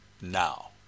now